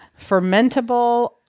fermentable